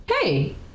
hey